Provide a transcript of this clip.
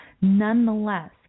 Nonetheless